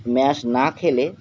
mass না খেলে